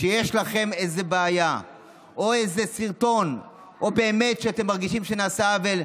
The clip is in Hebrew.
כשיש לכם איזו בעיה או איזה סרטון או באמת כשאתם מרגישים שנעשה עוול,